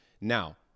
Now